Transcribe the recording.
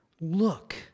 Look